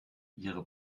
ihre